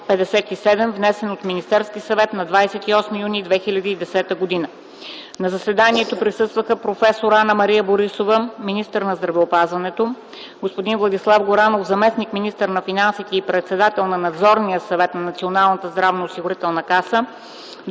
внесен от Министерския съвет на 28 юни 2010 г. На заседанието присъстваха: проф. Анна-Мария Борисова - министър на здравеопазването, господин Владислав Горанов - заместник-министър на финансите и председател на Надзорния съвет на Националната здравноосигурителна каса,